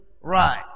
Right